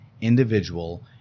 individual